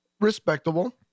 Respectable